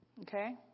Okay